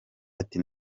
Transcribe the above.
ati